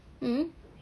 um